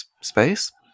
space